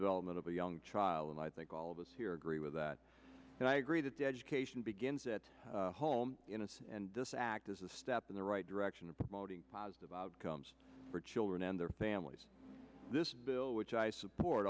development of a young child and i think all of us here agree with that and i agree that the education begins at home and this act is a step in the right direction of promoting positive outcomes for children and their families this bill which i support